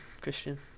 Christian